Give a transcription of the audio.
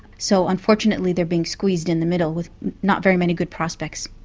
so unfortunately they're being squeezed in the middle with not very many good prospects.